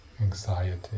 anxiety